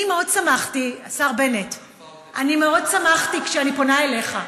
אני פונה אליך.